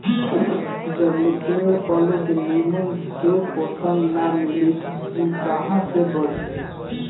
जबले पेड़ पलो के निमन से पोषण ना मिली उ कहां से बढ़ी